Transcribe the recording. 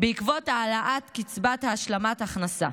בעקבות העלאת קצבת השלמת הכנסה.